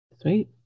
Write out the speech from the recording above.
sweet